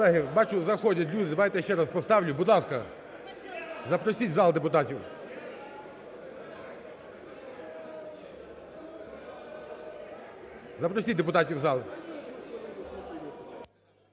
Колеги, бачу, заходять люди, давайте ще раз поставлю. Будь ласка, запросіть в зал депутатів. Запросіть депутатів в зал.